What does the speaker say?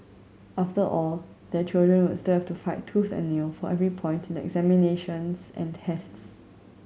after all their children would still have to fight tooth and nail for every point in examinations and tests